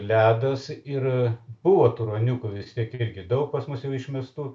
ledas ir buvo tų ruoniukų vis tiek irgi daug pas mus jau išmestų